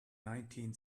nineteen